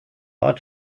ort